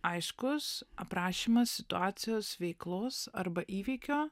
aiškus aprašymas situacijos veiklos arba įvykio